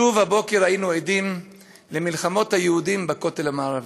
שוב הבוקר היינו עדים למלחמות היהודים בכותל המערבי.